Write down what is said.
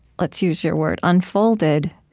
let's use your word, unfolded